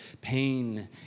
pain